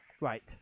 Right